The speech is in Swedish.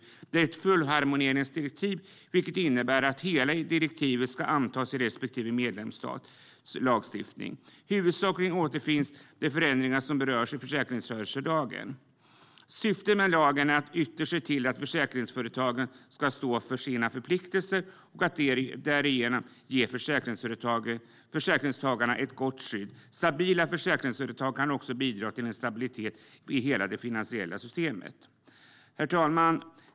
Det är ett fullharmoniseringsdirektiv, vilket innebär att hela direktivet ska antas i respektive medlemsstats lagstiftning. Huvudsakligen återfinns de förändringar som berörs i försäkringsrörelselagen. Syftet med lagen är ytterst att se till att försäkringsföretagen ska stå för sina förpliktelser och därigenom ge försäkringstagarna ett gott skydd. Stabila försäkringsföretag kan också bidra till en stabilitet i hela det finansiella systemet. Herr talman!